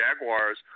Jaguars